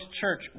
church